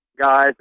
guys